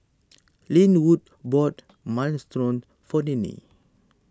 Linwood bought Minestrone for Ninnie